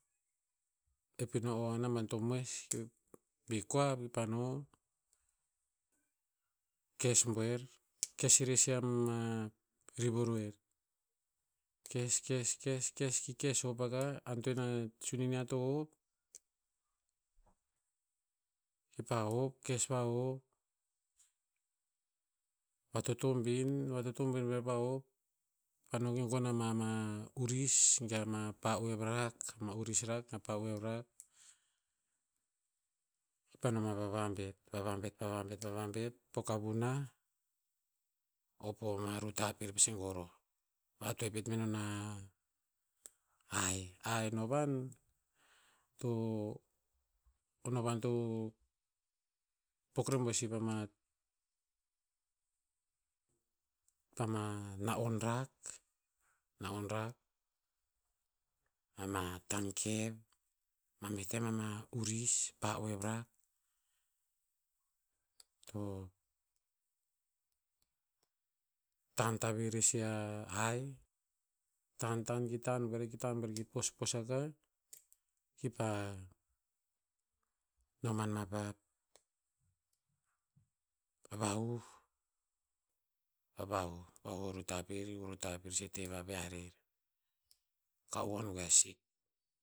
Ep ino o a naban to moes. Bi koav, kipa no kes buer. Kes irer suh ama rivoroer. Kes, kes, kes, kes ki kes hop akah antoen a sonin niah to hop, kipa hop kes vahop. Vatotobin, vatotobin buer vahop. Kipa no ki gon ama ama uris ge ama pa oev rak ma uris rak ma pa oev rak. Kipa no ma pa vabet. Vavabet, vavabet, vavabet pok a vunah. O ko ama ruta pi pasi goroh. Vatee pet menon a, hai. A hai novan, to, o novan to, pok rebuer sih pama, pama na'on rak, na'on rak, me ama tan kev. Ma meh tem ama uris. Pa oev rak. To, tan tavir rer sih a hai. Tan, ta, ki tan buer, ki tan buer ki pospos akah. Kipa, no man ma pah, vahuh. Pa vahuh. Vahuh o ruta pir ko ruta pir sih te vaviah rer ka huon goe a sik.